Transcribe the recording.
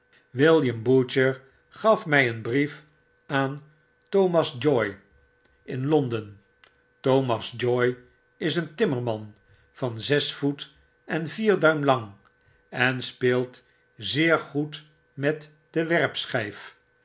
william butcher gaf my een brief aan thomas joy in londen t j is een timmerman van zes voet en vier duim lang en speelt zeer goed met den